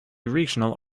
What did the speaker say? regional